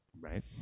right